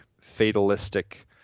fatalistic